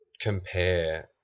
compare